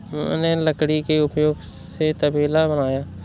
मैंने लकड़ी के उपयोग से तबेला बनाया